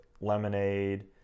lemonade